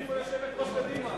איפה יושבת-ראש קדימה?